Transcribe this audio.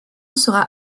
sera